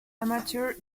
amateur